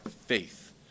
faith